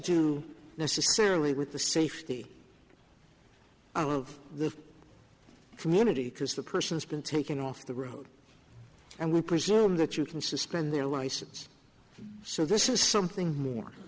do necessarily with the safety of the community because the person's been taken off the road and we presume that you can suspend their license so this is something more